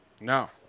No